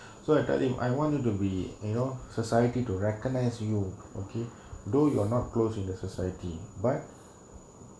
so I tell him I wanted to be you know society to recognise you okay though you're not close in the society but